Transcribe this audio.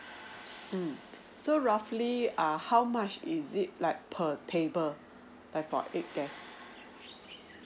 mm so roughly err how much is it like per table that for eight guest